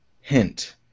hint